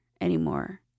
anymore